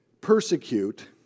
persecute